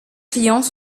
clients